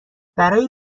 برای